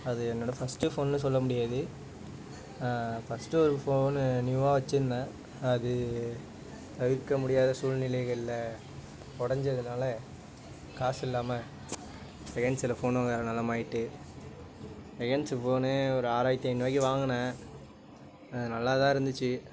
அது என்னோடய ஃபஸ்ட்டு ஃபோனுனு சொல்ல முடியாது ஃபஸ்ட்டு ஒரு ஃபோனு நியூவாக வச்சிருந்தேன் அது தவிர்க்க முடியாத சூழ்நிலைகளில் உடஞ்சதுனால காசு இல்லாமல் செகெண்ட்ஸில் ஃபோன் வாங்கிற நெலமை ஆயிட்டு செகெண்ட்ஸு ஃபோனு ஒரு ஆறாயிரத்தி ஐநூறுரூவாய்க்கு வாங்கினேன் அது நல்லா தான் இருந்துச்சு